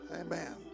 Amen